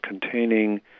containing